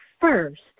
first